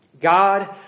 God